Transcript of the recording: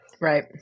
Right